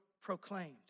proclaimed